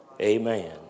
Amen